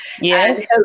Yes